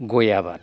गय आबाद